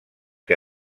que